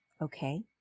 Okay